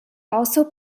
also